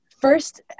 first